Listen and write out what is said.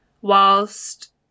whilst